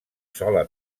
sola